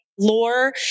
lore